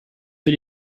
für